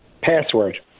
Password